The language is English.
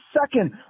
second